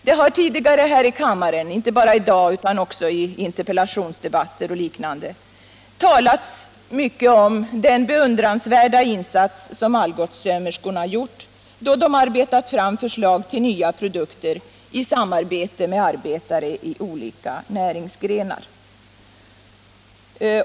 Det har tidigare här i kammaren, inte bara i dag utan också i interpellationsdebatter och liknande, talats mycket om den beundransvärda insats som Algotssömmerskorna gjort då de arbetat fram förslag till nya produkter i samarbete med arbetare i olika näringsgrenar.